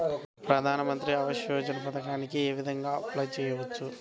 ప్రధాన మంత్రి ఆవాసయోజనకి ఏ విధంగా అప్లే చెయ్యవచ్చు?